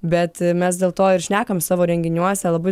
bet mes dėl to ir šnekam savo renginiuose labai